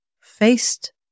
faced